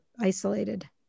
isolated